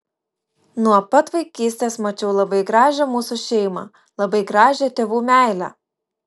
nuo pat vaikystės mačiau labai gražią mūsų šeimą labai gražią tėvų meilę